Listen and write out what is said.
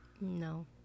No